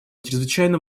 чрезвычайно